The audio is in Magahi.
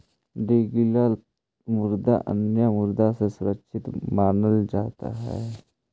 डिगितल मुद्रा अन्य मुद्रा से सुरक्षित मानल जात हई